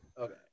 Okay